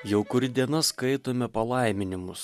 jau kuri diena skaitome palaiminimus